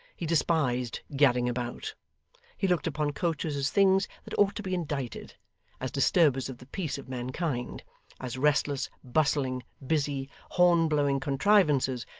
he despised gadding about he looked upon coaches as things that ought to be indicted as disturbers of the peace of mankind as restless, bustling, busy, horn-blowing contrivances,